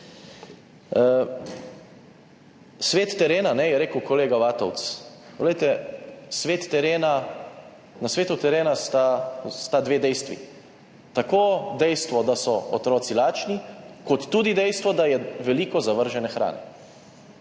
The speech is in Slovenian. »Svet terena,« je rekel kolega Vatovec. Glejte, na svetu terena sta dve dejstvi, tako dejstvo, da so otroci lačni, kot tudi dejstvo, da je veliko zavržene hrane.